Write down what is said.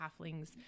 halflings